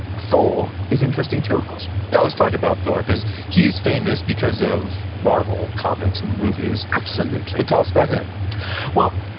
thor is interesting too, of course yeah, i was talking about thor because he's famous because of marvel comics and the movies absolutely tell us about him well,